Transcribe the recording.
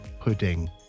pudding